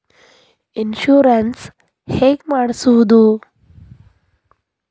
Insurance ಹೇಗೆ ಮಾಡಿಸುವುದು?